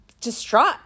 distraught